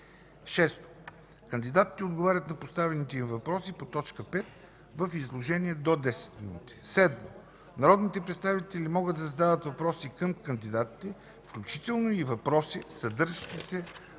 6. Кандидатите отговарят на поставените им въпроси по т. 5 в изложение до 10 минути. 7. Народните представители могат да задават въпроси към кандидатите, включително и въпроси, съдържащи се в